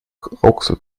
rauxel